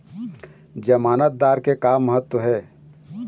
जमानतदार के का महत्व हे?